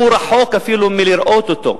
הוא רחוק אפילו מלראות אותו.